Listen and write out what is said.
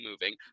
moving